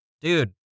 dude